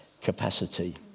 capacity